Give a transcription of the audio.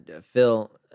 Phil